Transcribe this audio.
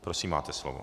Prosím, máte slovo.